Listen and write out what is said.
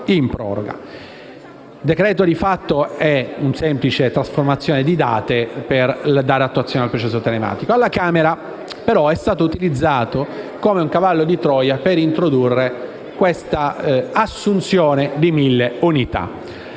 in esame, di fatto, è una semplice trasformazione di date per dare attuazione al processo telematico. Alla Camera, però, è stato utilizzato come un cavallo di Troia per introdurre l'assunzione di mille unità.